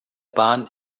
bahn